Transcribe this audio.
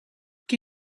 qui